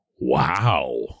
wow